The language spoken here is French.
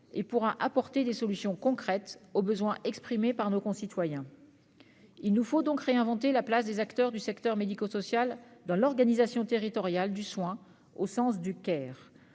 et pourra apporter des solutions concrètes aux besoins exprimés par nos concitoyens. Il nous faut donc réinventer la place des acteurs du secteur médico-social dans l'organisation territoriale du soin, au sens du,